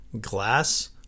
glass